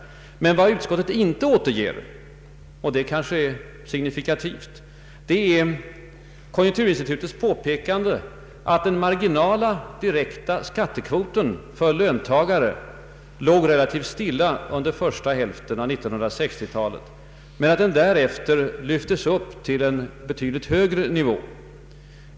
Men vad utskottet inte återger — och det är kanske signifikativt — är konjunkturinstitutets påpekande att den marginella direkta skattekvoten för löntagare låg relativt stilla under första hälften av 1960-talet men att den därefter lyftes upp till en betydligt högre nivå.